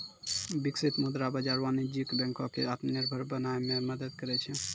बिकसित मुद्रा बाजार वाणिज्यक बैंको क आत्मनिर्भर बनाय म मदद करै छै